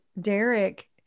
Derek